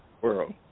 world